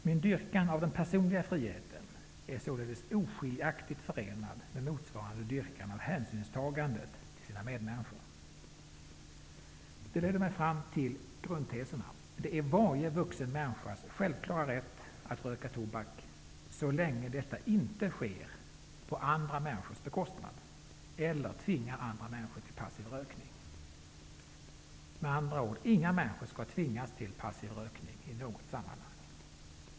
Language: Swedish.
Min dyrkan av den personliga friheten är således oskiljaktigt förenad med motsvarande dyrkan av hänsynen till medmänniskorna. Detta leder mig fram till följande grundteser: -- Det är varje vuxen människas självklara rätt att röka tobak -- så länge detta inte sker på andra människors bekostnad eller tvingar andra människor till passiv rökning. -- Inga människor skall tvingas till passiv rökning i något sammanhang.